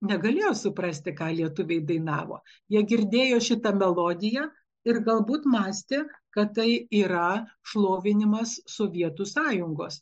negalėjo suprasti ką lietuviai dainavo jie girdėjo šitą melodiją ir galbūt mąstė kad tai yra šlovinimas sovietų sąjungos